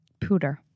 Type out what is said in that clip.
pooter